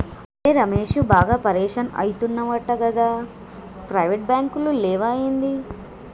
ఒరే రమేశూ, బాగా పరిషాన్ అయితున్నవటగదా, ప్రైవేటు బాంకులు లేవా ఏంది